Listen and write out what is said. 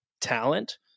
talent